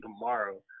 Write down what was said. tomorrow